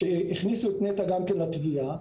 שהכניסו את נת"ע גם כן לתביעה.